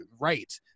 right